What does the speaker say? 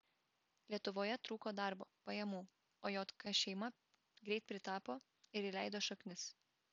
lietuvoje trūko darbo pajamų o jk šeima greit pritapo ir įleido šaknis